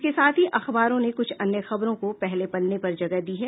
इसके साथ ही अखबारों ने कुछ अन्य खबरों को पहले पन्ने पर जगह दी है